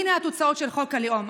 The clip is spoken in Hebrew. הינה התוצאות של חוק הלאום.